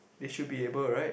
they should be able right